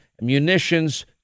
munitions